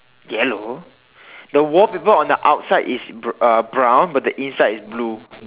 yellow the wallpaper on the outside is b~ uh brown but the inside is blue